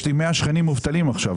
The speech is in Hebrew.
יש לי 100 שכנים מובטלים עכשיו,